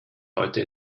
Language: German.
heute